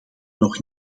nog